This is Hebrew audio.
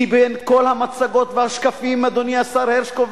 כי בין כל המצגות והשקפים, אדוני השר הרשקוביץ,